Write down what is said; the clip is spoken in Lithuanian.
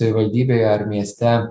savivaldybėje ar mieste